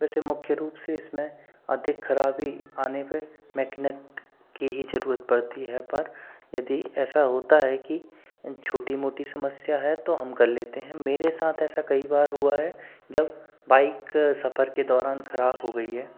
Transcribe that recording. वैसे मुख्य रूप से इस में अधिक ख़राबी आने पे मेकनेक की ही ज़रूरत पड़ती है पर यदि ऐसा होता है कि छोटी मोटी समस्या है तो हम कर लेते हैं मेरे साथ ऐसा कई बार हुआ है जब बाइक सफ़र के दौरान ख़राब हो गई है